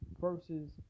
versus